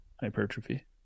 hypertrophy